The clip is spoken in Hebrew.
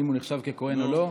האם הוא נחשב כוהן או לא?